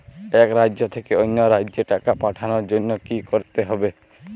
এক রাজ্য থেকে অন্য রাজ্যে টাকা পাঠানোর জন্য কী করতে হবে?